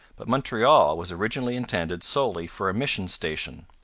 but montreal was originally intended solely for a mission station.